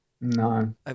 no